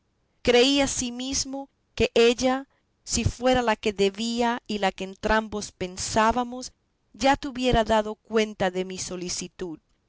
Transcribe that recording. he comenzado creí ansimismo que ella si fuera la que debía y la que entrambos pensábamos ya te hubiera dado cuenta de mi solicitud